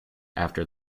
after